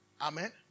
Amen